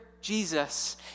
Jesus